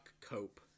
cope